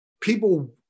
people